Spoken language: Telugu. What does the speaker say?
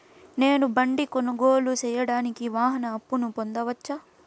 నేను బండి కొనుగోలు సేయడానికి వాహన అప్పును పొందవచ్చా?